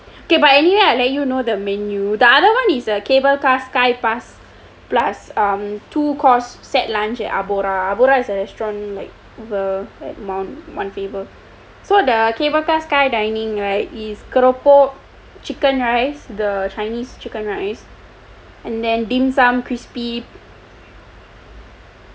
ok but anyway I let you know the menu the other one is the cable car sky pass plus two course set lunch at arbora arbora is a restaurant like at mount faber so the cable car sky dining right is keropok chicken rice the chinese chicken rice and then dim sum crispy